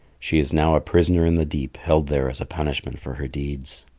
she is now a prisoner in the deep, held there as a punishment for her deeds.